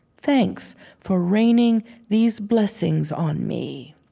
thanks for raining these blessings on me.